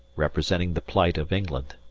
representing the plight of england!